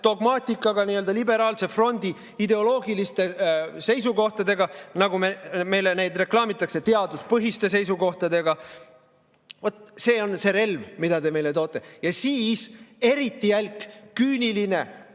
dogmaatikaga, nii-öelda liberaalse frondi ideoloogiliste seisukohtadega, nagu meile neid reklaamitakse, "teaduspõhiste seisukohtadega". Vaat see on see relv, mida te meile toote. Siis eriti jälk ja küüniline